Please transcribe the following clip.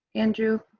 andrew,